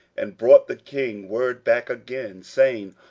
and brought the king word back again, saying,